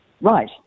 Right